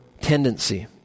tendency